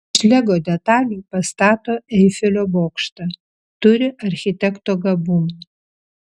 iš lego detalių pastato eifelio bokštą turi architekto gabumų